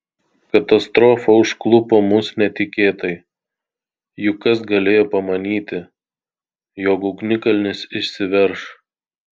katastrofa užklupo mus netikėtai juk kas galėjo pamanyti jog ugnikalnis išsiverš